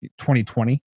2020